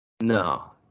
No